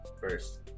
first